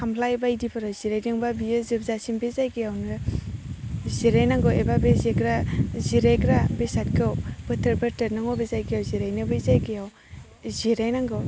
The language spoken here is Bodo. खामफ्लाय बायदिफोराव जिरायदोंबा बियो जोबजासिम बे जायगायावनो जिरायनांगौ एबा बे जिरायग्रा बेसादखौ बोथ्रोद बोथ्रोद नों बबे जायगायाव जिरायनो बे जायगायाव जिरायनांगौ